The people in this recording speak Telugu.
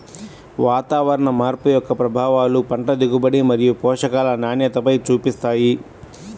వాతావరణ మార్పు యొక్క ప్రభావాలు పంట దిగుబడి మరియు పోషకాల నాణ్యతపైన చూపిస్తాయి